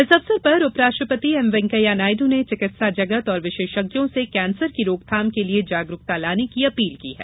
इस अवसर पर उप राष्ट्रपति एम वेंकैया नायडू ने चिकित्सा जगत और विशेषज्ञों से कैंसर की रोकथाम के लिए जागरूकता लाने की अपील की है